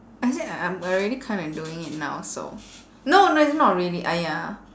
I said I I'm already kind of doing it now so no no it's not really !aiya!